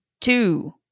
two